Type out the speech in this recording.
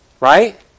right